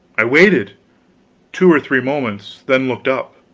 i waited two or three moments then looked up